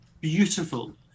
beautiful